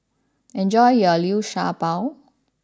enjoy your Liu Sha Bao